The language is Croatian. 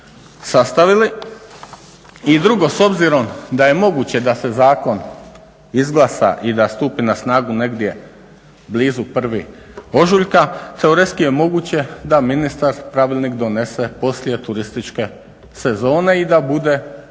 I drugo, s obzirom da je moguće da se zakon izglasa i da stupi na snagu negdje blizu 01. ožujka, teoretski je moguće da ministar Pravilnik donese poslije turističke sezone i da bude u